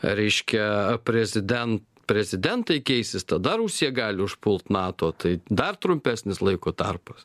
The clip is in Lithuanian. reiškia preziden prezidentai keisis tada rusija gali užpult nato tai dar trumpesnis laiko tarpas